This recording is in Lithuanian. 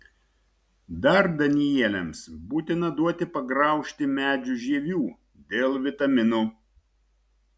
dar danieliams būtina duoti pagraužti medžių žievių dėl vitaminų